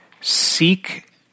seek